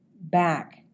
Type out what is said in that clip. back